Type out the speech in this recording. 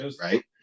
right